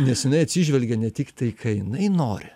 nes jinai atsižvelgia ne tik tai ką jinai nori